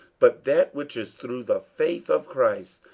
but that which is through the faith of christ,